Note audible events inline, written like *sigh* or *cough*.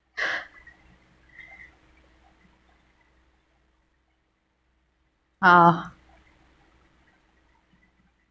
*laughs* ah oh